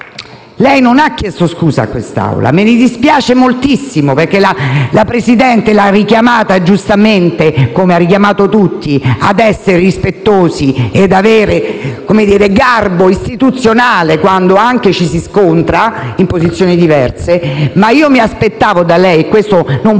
lei non abbia chiesto scusa a quest'Assemblea. Mi dispiace moltissimo, perché il Presidente l'ha richiamata giustamente, come ha richiamato tutti, ad essere rispettoso ed avere garbo istituzionale, anche quando ci si scontra in posizioni diverse, e io mi aspettavo da lei delle scuse.